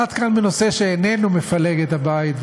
עד כאן בנושא שאיננו מפלג את הבית,